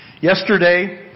Yesterday